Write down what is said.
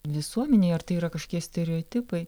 visuomenėj ar tai yra kažkokie stereotipai